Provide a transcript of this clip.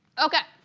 ok.